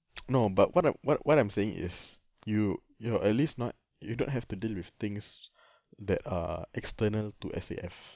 no but what I'm what what I'm saying is you you're at least not if you don't have to deal with things that are external to S_A_F